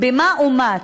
מה אומץ,